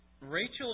Rachel